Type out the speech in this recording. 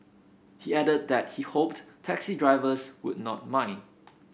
he added that he hoped taxi drivers would not mind